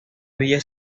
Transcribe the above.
villa